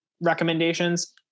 recommendations